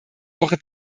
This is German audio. woche